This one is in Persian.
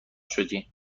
شدی